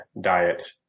diet